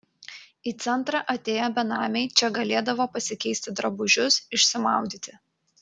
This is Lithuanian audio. į centrą atėję benamiai čia galėdavo pasikeisti drabužius išsimaudyti